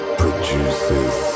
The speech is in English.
produces